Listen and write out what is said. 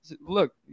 look